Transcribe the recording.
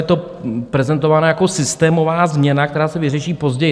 Je to prezentována jako systémová změna, která se vyřeší později.